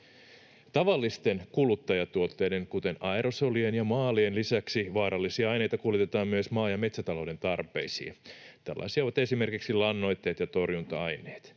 Tavallisten kuluttajatuotteiden, kuten aerosolien ja maalien, lisäksi vaarallisia aineita kuljetetaan myös maa- ja metsätalouden tarpeisiin. Tällaisia ovat esimerkiksi lannoitteet ja torjunta-aineet.